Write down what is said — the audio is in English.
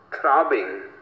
throbbing